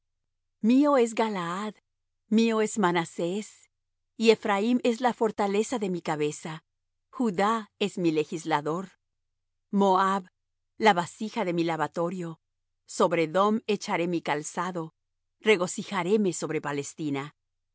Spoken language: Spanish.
mío es galaad y mío es manasés y ephraim es la fortaleza de mi cabeza judá mi legislador moab la vasija de mi lavatorio sobre edom echaré mi zapato haz júbilo sobre mí oh palestina